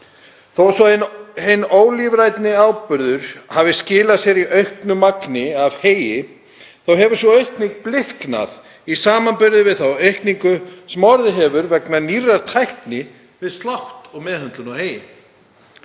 Þó svo að hinn ólífræni áburður hafi skilað sér í auknu magni af heyi hefur sú aukning bliknað í samanburði við þá aukningu sem orðið hefur vegna nýrrar tækni við slátt og meðhöndlun á heyi.